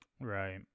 Right